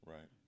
Right